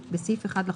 בסעיף 1 לחוק,